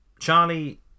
Charlie